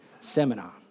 seminar